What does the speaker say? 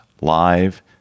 live